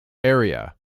area